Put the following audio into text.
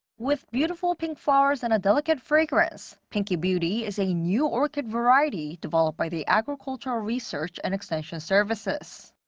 with beautiful pink flowers and a delicate fragrance, pinky beauty is a new orchid variety developed by the agricultural research and extension services.